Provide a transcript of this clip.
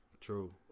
True